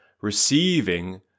Receiving